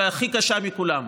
אולי הכי קשה מכולן,